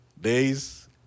days